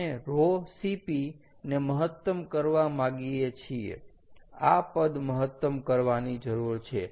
આપણે ρCp ને મહત્તમ કરવા માગીએ છીએ આ પદ મહત્તમ કરવાની જરૂર છે